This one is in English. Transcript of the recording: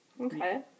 Okay